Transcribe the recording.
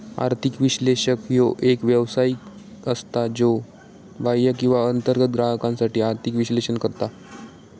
आर्थिक विश्लेषक ह्यो एक व्यावसायिक असता, ज्यो बाह्य किंवा अंतर्गत ग्राहकांसाठी आर्थिक विश्लेषण करता